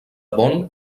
bonn